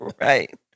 Right